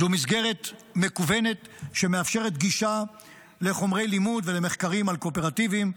זו מסגרת מקוונת שמאפשרת גישה לחומרי לימוד ולמחקרים על קואופרטיבים,